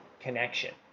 connection